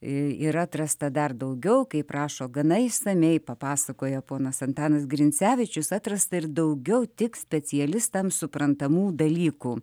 yra atrasta dar daugiau kaip rašo gana išsamiai papasakojo ponas antanas grincevičius atrasta ir daugiau tik specialistam suprantamų dalykų